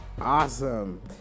Awesome